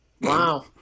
Wow